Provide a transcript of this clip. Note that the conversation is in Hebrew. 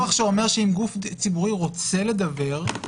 -- הוא ויכוח שאומר שאם גוף ציבורי רוצה לדוור,